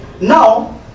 now